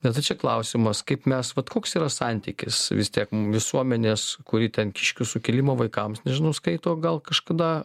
nes ir čia klausimas kaip mes vat koks yra santykis vis tiek mum visuomenės kuri ten kiškių sukilimą vaikams nežinau skaito gal kažkada